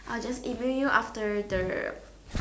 I will just email you after the